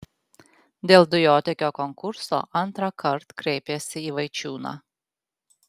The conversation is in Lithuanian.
dėl dujotiekio konkurso antrąkart kreipėsi į vaičiūną